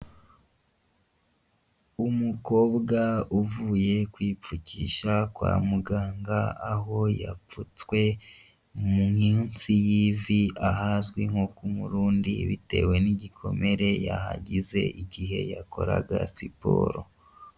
Umukobwa uvuye kwipfukisha kwa muganga, aho yapfutswe munsi y'ivi ahazwi nko ku murundi bitewe n'igikomere yahagize igihe yakoraga siporo.